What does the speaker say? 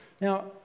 Now